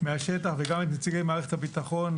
גם את נציגי מערכת הביטחון,